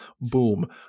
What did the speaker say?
boom